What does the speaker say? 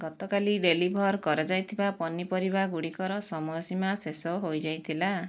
ଗତକାଲି ଡେଲିଭର୍ କରାଯାଇଥିବା ପନିପରିବା ଗୁଡ଼ିକର ସମୟ ସୀମା ଶେଷ ହୋଇଯାଇଥିଲା